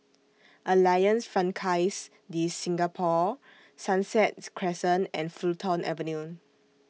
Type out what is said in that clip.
Alliance Francaise De Singapour Sunsets Crescent and Fulton Avenue